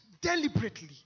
deliberately